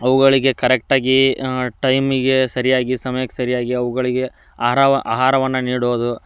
ಅವುಗಳಿಗೆ ಕರೆಕ್ಟಾಗಿ ಟೈಮಿಗೆ ಸರಿಯಾಗಿ ಸಮಯಕ್ಕೆ ಸರಿಯಾಗಿ ಅವುಗಳಿಗೆ ಆಹಾರ ಆಹಾರವನ್ನು ನೀಡೋದು